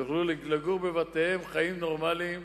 ויוכלו לגור בבתיהם, חיים נורמליים,